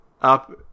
up